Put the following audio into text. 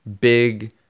big